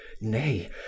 Nay